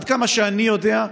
עד כמה שאני יודע,